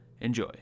Enjoy